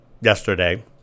yesterday